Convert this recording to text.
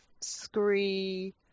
scree